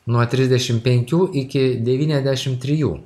nuo trisdešimt penkių iki devyniasdešimt trijų